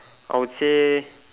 I would say